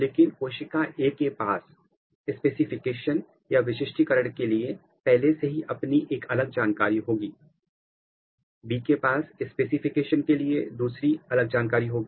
लेकिन कोशिका ए के पास स्पेसिफिकेशन या विशिष्टईकरण के लिए पहले से ही अपनी एक अलग जानकारी होगी बी के पास स्पेसिफिकेशन के लिए दूसरी अलग जानकारी होगी